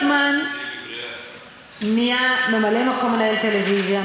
עם הזמן נהיה ממלא-מקום מנהל טלוויזיה,